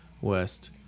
West